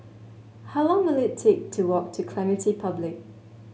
how long will it take to walk to Clementi Public